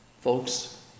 Folks